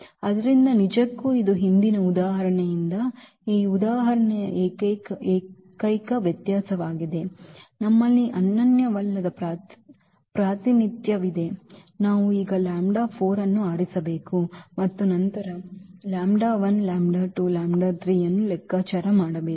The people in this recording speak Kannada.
ಆದ್ದರಿಂದ ನಿಜಕ್ಕೂ ಇದು ಹಿಂದಿನ ಉದಾಹರಣೆಯಿಂದ ಈ ಉದಾಹರಣೆಯ ಏಕೈಕ ವ್ಯತ್ಯಾಸವಾಗಿದೆ ನಮ್ಮಲ್ಲಿ ಅನನ್ಯವಲ್ಲದ ಪ್ರಾತಿನಿಧ್ಯವಿದೆ ನಾವು ಈಗ ಅನ್ನು ಆರಿಸಬೇಕು ಮತ್ತು ನಂತರ ಅನ್ನು ಲೆಕ್ಕಾಚಾರ ಮಾಡಬೇಕು